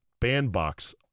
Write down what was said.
Bandbox